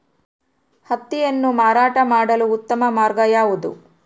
ಹತ್ತಿಯನ್ನು ಮಾರಾಟ ಮಾಡಲು ಉತ್ತಮ ಮಾರ್ಗ ಯಾವುದು?